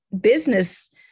business